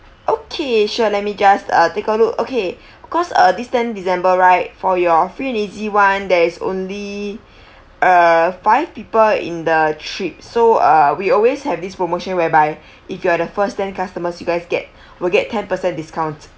okay sure let me just uh take a look okay because uh this tenth december right for your free and easy [one] there is only uh five people in the trip so uh we always have this promotion whereby if you are the first ten customers you guys get will get ten percent discount